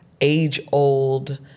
age-old